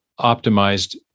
optimized